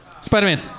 Spider-Man